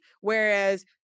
Whereas